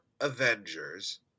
Avengers